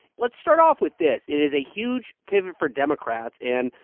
let's start off with this. it is a huge pivot for democrats. and,